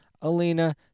Alina